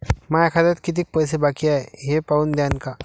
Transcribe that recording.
माया खात्यात कितीक पैसे बाकी हाय हे पाहून द्यान का?